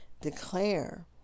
declare